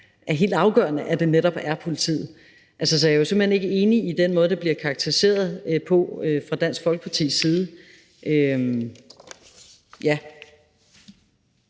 er helt afgørende, at det netop er politiet, der tager sig af det. Så jeg er jo simpelt hen ikke enig i den måde, det bliver karakteriseret på, fra Dansk Folkepartis side.